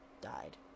died